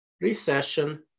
recession